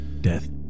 Death